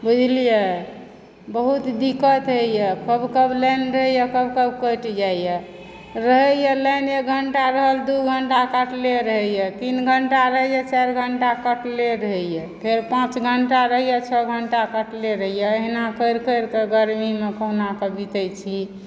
बुझलियै बहुत दिक्कत होइए कब कब लाइन रहइए कब कब कटि जाइए रहइए लाइन एक घण्टा रहल दू घण्टा कटले रहइए तीन घंटे रहय छै चारि घण्टा कटले रहैत छै फेर पाँच घण्टा रहयए छओ घण्टा कटले रहयए एहिना करि करिकऽ गर्मीमे कहुनाकऽ बीतय छी